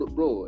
Bro